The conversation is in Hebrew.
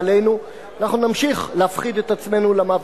עלינו אנחנו נמשיך להפחיד את עצמנו למוות.